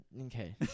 Okay